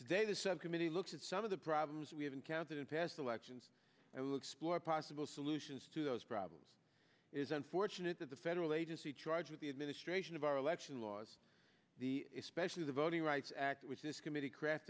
today the subcommittee looks at some of the problems we have encountered in past elections and will explore possible solutions to those problems is unfortunate that the federal agency charged with the administration of our election laws the especially the voting rights act which this committee craft